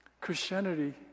christianity